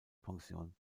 pension